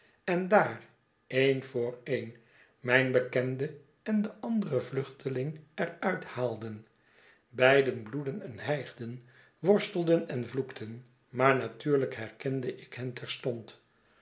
en daar n voor en mijn bekende en den anderen vluchteling er uit haalden beiden bloedden enhijgden worstelden en vloekten maar natuurlijk herkende ik hen terstond